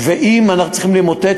ואם אנחנו מצליחים למוטט,